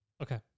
Okay